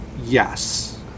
yes